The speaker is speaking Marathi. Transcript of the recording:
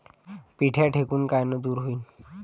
पिढ्या ढेकूण कायनं दूर होईन?